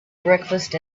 breakfast